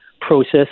process